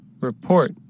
Report